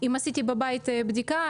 אם עשיתי בבית בדיקה,